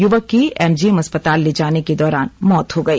युवक की एमजीएम अस्पताल ले जाने के दौरान मौत हो गई